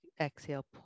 Exhale